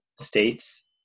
States